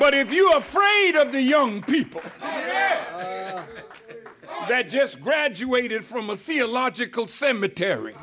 but if you're afraid of the young people that just graduated from a feel logical cemetery